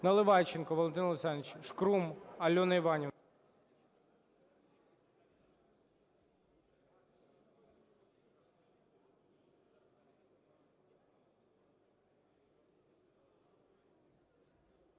Наливайченко Валентин Олександрович. Шкрум Альона Іванівна.